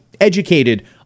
educated